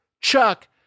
Chuck